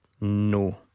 No